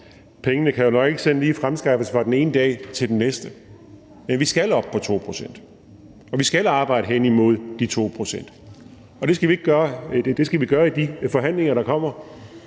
pengene kan nok ikke lige fremskaffes fra den ene dag til den næste. Men vi skal op på 2 pct., og vi skal arbejde hen imod de 2 pct., og det skal vi gøre i de forhandlinger, der kommer,